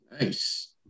Nice